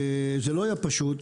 אפילו שזה לא היה פשוט.